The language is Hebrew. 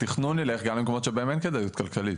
התכנון ילך גם למקומות שבהם אין כדאיות כלכלית.